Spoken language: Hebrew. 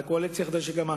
לקואליציה החדשה שקמה,